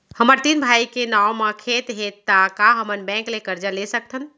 हमर तीन भाई के नाव म खेत हे त का हमन बैंक ले करजा ले सकथन?